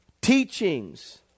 Teachings